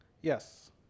Yes